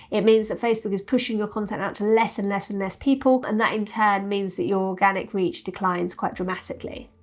it means that facebook is pushing your content out to less and less and less people, and that, in turn, means that your organic reach declines quite dramatically.